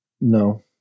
No